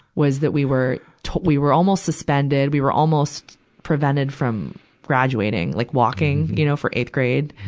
was that we were to, we were almost suspended. we were almost prevented from graduating, like walking, you know for eighth grade.